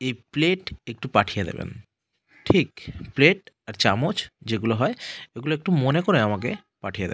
এই প্লেট একটু পাঠিয়ে দেবেন ঠিক প্লেট আর চামচ যেগুলো হয় ওগুলো একটু মনে করে আমাকে পাঠিয়ে দেবেন